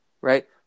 right